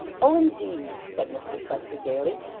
oh indeed said mr chester gaily.